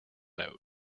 note